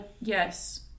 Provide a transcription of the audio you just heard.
Yes